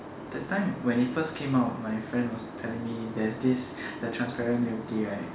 that time when it first came out my friend was telling me there's this the transparent milk tea right